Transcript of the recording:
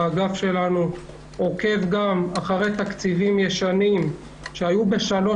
האגף שלנו עוקב גם אחרי תקציבים ישנים שהיו בתוכנית